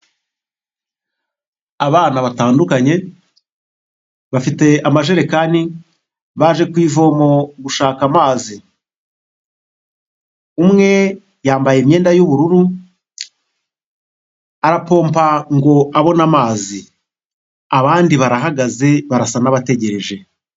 Abana batandukanye bafite amajerekani baje ku ivomo gushaka amazi, umwe yambaye imyenda y'ubururu, arapompa ngo abone amazi, abandi barahagaze barasa nk'abategereje.